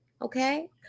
Okay